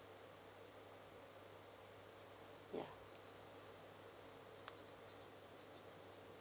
ya